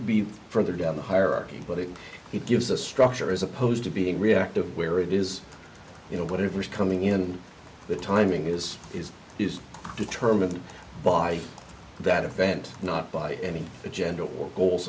be further down the hierarchy but it gives a structure as opposed to being reactive where it is you know whatever's coming in the timing is is is determined by that event not by any agenda or goals